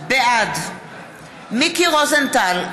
בעד מיקי רוזנטל,